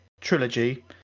Trilogy